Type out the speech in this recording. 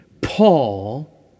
Paul